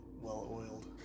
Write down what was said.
Well-oiled